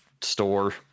store